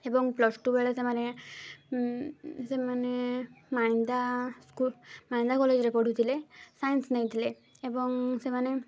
ଏବଂ plus two ବେଳେ ସେମାନେ ସେମାନେ ମାଣିଦା ସ୍କୁଲ ମାଣିଦା କଲେଜରେ ପଢ଼ୁଥିଲେ ସାଇନ୍ସ ନେଇଥିଲେ ଏବଂ ସେମାନେ